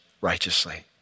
righteously